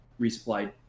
resupplied